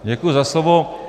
Děkuji za slovo.